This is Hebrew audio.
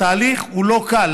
התהליך הוא לא קל.